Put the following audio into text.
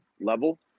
level